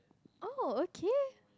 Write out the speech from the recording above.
oh okay